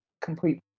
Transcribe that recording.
complete